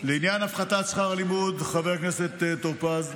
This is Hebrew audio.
לעניין הפחתת שכר הלימוד, חבר הכנסת טור פז,